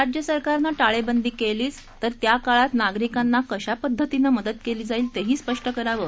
राज्य सरकारनं टाळेबंदी केलीच तर त्या काळात नागरिकांना कशा पद्धतीनं मदत केली जाईल तेही स्पष्ट करावं